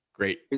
Great